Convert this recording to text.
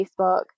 Facebook